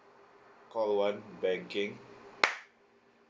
call one banking